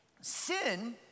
Sin